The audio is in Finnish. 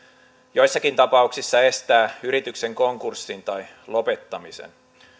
joissakin tapauksissa estää yrityksen konkurssin tai lopettamisen